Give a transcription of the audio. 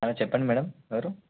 hello చెప్పండి madam ఎవరు